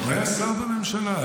הוא היה שר בממשלה.